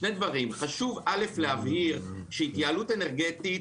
חשוב להבהיר שהתייעלות אנרגטית,